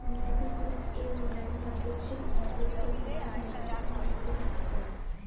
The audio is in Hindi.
मोबिक्विक एक ऑनलाइन ट्रांजेक्शन एप्प है इसके इस्तेमाल से मैंने अपना कीमती टाइम बचाया है